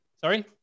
Sorry